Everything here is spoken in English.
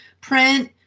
print